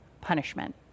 punishment